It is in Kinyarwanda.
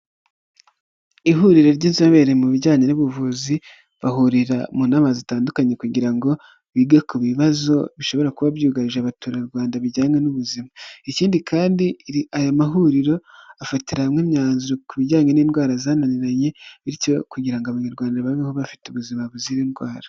Ihuriro ry'inzobere mu bijyanye n'ubuvuzi, bahurira mu nama zitandukanye kugira ngo bige ku bibazo bishobora kuba byugarije abaturarwanda bijyanye n'ubuzima, ikindi kandi aya mahuriro afatira hamwe imyanzuro ku bijyanye n'indwara zananiranye bityo kugira ngo abanyarwanda babeho bafite ubuzima buzira indwara.